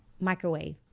microwave